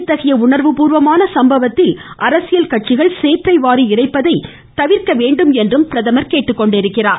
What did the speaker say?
இத்தகைய உணர்வு பூர்வமான சம்பவத்தில் அரசியல் கட்சிகள் சேற்றை வாரி இறைப்பதை தவிர்க்க வேண்டும் என்றும் கேட்டுக்கொண்டார்